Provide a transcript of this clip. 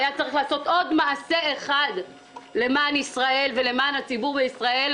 היה צריך לעשות עוד מעשה אחד למען ישראל ולמען הציבור בישראל,